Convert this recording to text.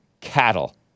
cattle